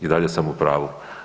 I dalje sam u pravu.